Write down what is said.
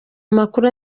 amakuru